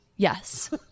Yes